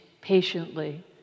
patiently